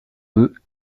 deux